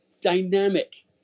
dynamic